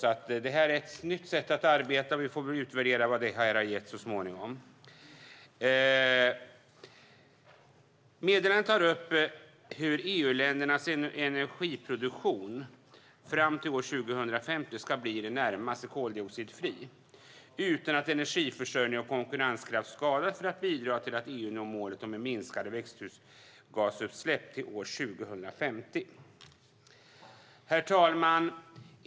Detta är ett nytt sätt att arbeta, och vi får utvärdera vad det har gett så småningom. I meddelandet tas upp hur EU-ländernas energiproduktion fram till år 2050 ska kunna bli i det närmaste koldioxidfri utan att energiförsörjning och konkurrenskraft skadas för att bidra till att EU når målet om minskade växthusgasutsläpp till år 2050. Herr talman!